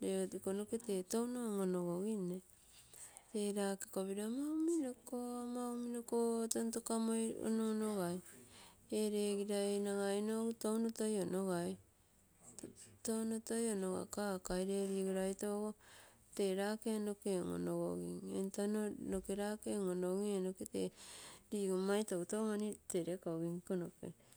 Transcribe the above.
Ue iko noke tee touno on-onogogimne tee lake kopo ama unimoko, ama unimoko tontokamoi on-onogai. ee lee gira nagaimo tow toi onogai, touno toi onogakakai, lee ligorai to tee rake noke on-onogo gim entano noke lake onoonogogim, ee noke nagai ligom mai toutou mani torekogim iko noke.